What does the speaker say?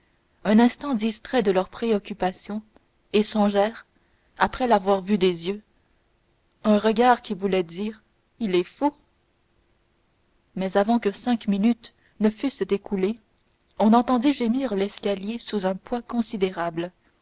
un instant distraits de leurs préoccupations échangèrent après l'avoir suivi des yeux un regard qui voulait dire il est fou mais avant que cinq minutes se fussent écoulées on entendit gémir l'escalier sous un poids considérable